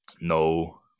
no